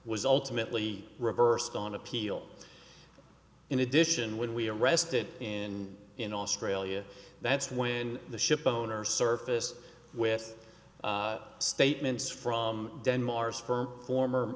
was ultimately reversed on appeal in addition when we arrested in in australia that's when the ship owner surface with statements from denmark firm former